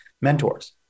mentors